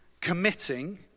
committing